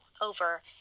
over